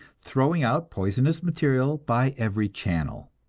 throwing out poisonous material by every channel.